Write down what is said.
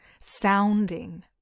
sounding